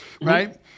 right